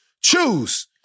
Choose